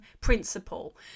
principle